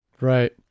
Right